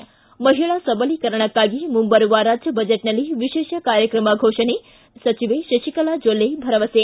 ಿ ಮಹಿಳಾ ಸಬಲೀಕರಣಕ್ಕಾಗಿ ಮುಂಬರುವ ರಾಜ್ಯ ಬಜೆಟ್ನಲ್ಲಿ ವಿಶೇಷ ಕಾರ್ಯಕ್ರಮ ಘೋಷನೆ ಸಚಿವೆ ಶಶಿಕಲಾ ಜೊಲ್ಲೆ ಭರವಸೆ